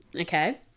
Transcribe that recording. Okay